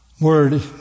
word